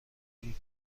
این